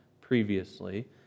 previously